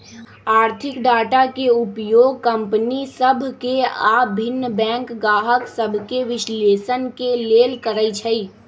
आर्थिक डाटा के उपयोग कंपनि सभ के आऽ भिन्न बैंक गाहक सभके विश्लेषण के लेल करइ छइ